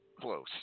close